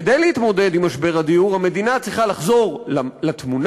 כדי להתמודד עם משבר הדיור המדינה צריכה לחזור לתמונה,